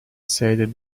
said